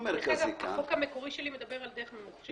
החוק המקורי שלי מדבר על דרך ממוחשבת.